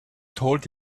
told